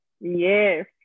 Yes